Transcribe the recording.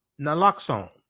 naloxone